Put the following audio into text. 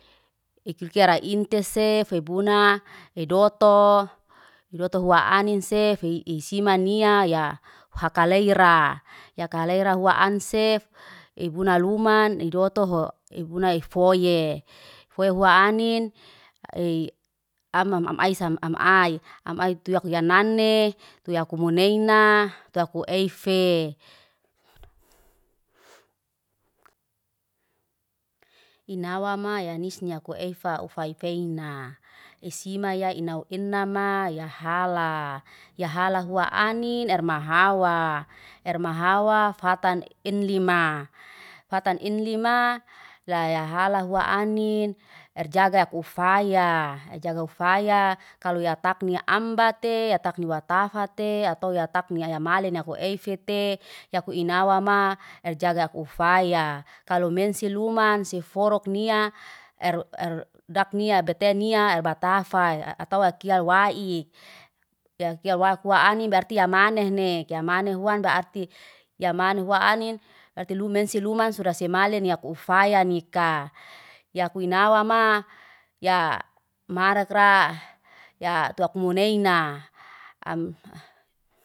Ikil ki aray intesef fibuna e doto, edoto hua anin se fe'isimania, ya hakalaira. Ya kalaira hua ansef, ibuna luman, i dotoho ebuna efoiye. Efoiya hua anin, eiy ama am aisa am ai. Am ai tuyak ya nani, tuyak kumeine, tuyak ku eifa. inawa ma ya anis ni akueifa ufai feina. Isima ya inw enama ya halaa, ya hala hua anin, erma hawa. Erma hawa fatan enlimaaa. Fatan enlima layahala hua anin, erjaga ekufaya. E jaga ufaya kalau ya takni ambate, ya takni watafa te, atau ya takni ayamale ni afu eifete, yaku inawama erjaga akufaya. Kalau mense luman, siforuk nia, er er daknia betenia, er batafa. Atau akiyal waii. Yakial wak wa anim, berarti ya mane hua anin, arti lumen si luman suda semale ni kofaya nikaa. Yak winawama, ya marakra, ya tuak muneina. Am